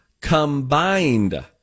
combined